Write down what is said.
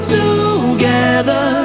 together